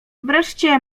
wreszcie